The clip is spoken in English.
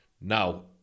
Now